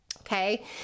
okay